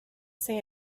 say